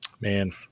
Man